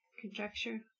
Conjecture